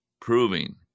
proving